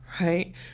right